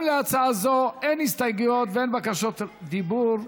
גם להצעה זו אין הסתייגויות ואין בקשות דיבור.